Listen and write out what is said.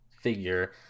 figure